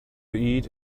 eat